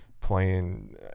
playing